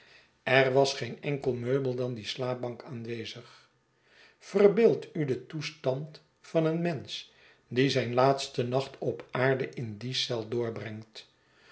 er was geen enkel meubel dan die slaapbank aanwezig verbeeld u den toestand van een mensch die zijn laatsten nacht op aarde in die eel doorbrengt